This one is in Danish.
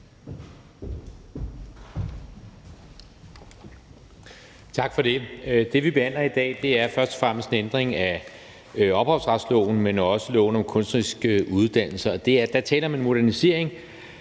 Tak for det. Det, vi behandler i dag, er først og fremmest en ændring af ophavsretsloven, men også loven om kunstneriske uddannelser. Og der er tale om en modernisering